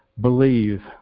believe